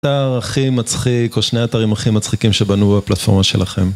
אתר הכי מצחיק, או שני אתרים הכי מצחיקים שבנו בפלטפורמה שלכם.